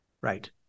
Right